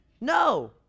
No